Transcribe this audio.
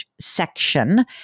section